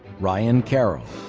ryan carroll.